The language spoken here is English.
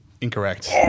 Incorrect